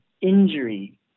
injury